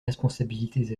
responsabilités